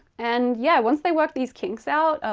and yeah, once they work these kinks out,